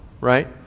right